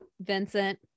Vincent